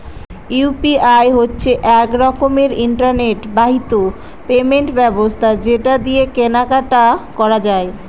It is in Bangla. ইউ.পি.আই হচ্ছে এক রকমের ইন্টারনেট বাহিত পেমেন্ট ব্যবস্থা যেটা দিয়ে কেনা কাটি করা যায়